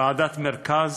ועדת מרכז,